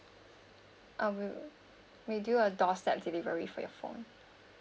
uh we'll we do uh doorstep delivery for your phone